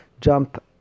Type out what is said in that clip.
jump